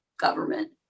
government